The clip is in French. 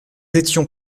étions